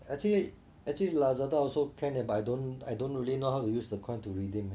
actually actually Lazada also can but I don't I don't really know how to use the coin to redeem